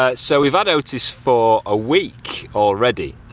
ah so we've had otis for a week already,